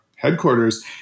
headquarters